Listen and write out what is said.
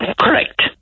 Correct